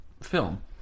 film